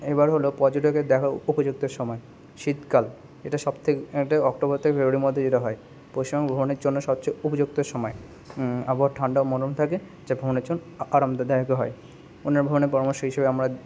এইবার হলো পর্যটকদের দেখার উপযুক্ত সমায় শীতকাল এটা সব থেকে এটা অক্টোবর থেকে ফেব্রুয়ারির মধ্যে যেটা হয় পশ্চিমবঙ্গ ভ্রমণের জন্য সবচেয়ে উপযুক্ত সময় আবহাওয়া ঠান্ডা ও মনোরম থাকে যা ভ্রমণের চো আরামদায়কও হয় এখানে ভ্রমণের পরামর্শ হিসাবে আমরা